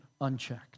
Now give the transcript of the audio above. unchecked